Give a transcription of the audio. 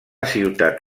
ciutat